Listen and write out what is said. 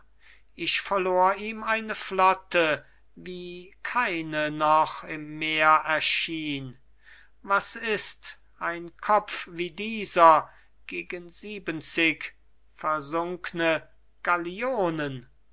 ich verlor ihm eine flotte wie keine noch im meer erschien was ist ein kopf wie dieser gegen siebenzig versunkne gallionen